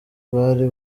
bari